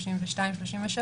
32 ו-33